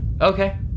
Okay